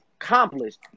accomplished